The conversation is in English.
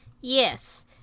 Yes